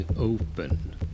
Open